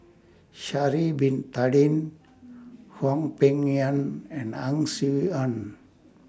Sha'Ari Bin Tadin Hwang Peng Yuan and Ang Swee Aun